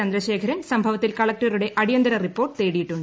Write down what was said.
ചന്ദ്രശേഖരൻ സംഭവത്തിൽ കളക്ടറുടെ അടിയന്തര റിപ്പോർട്ട് തേടിയിട്ടുണ്ട്